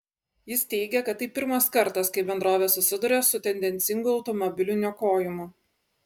jis teigė kad tai pirmas kartas kai bendrovė susiduria su tendencingu automobilių niokojimu